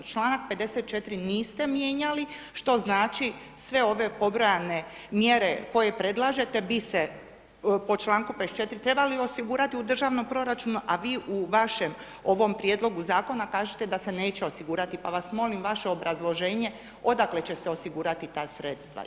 Članak 54. niste mijenjali, što znači sve ove pobrojane mjere koje predlažete, bi se po čl. 54. trebalo osigurati u državnom proračunu, a vi u vašem ovom prijedlogu zakona, kažete da se neće osigurati, pa vas molim vaše obrazloženje, odakle će se osigurati ta sredstva?